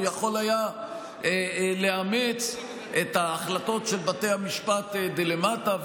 הוא יכול היה לאמץ את ההחלטות של בתי המשפט דלמטה,